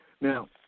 Now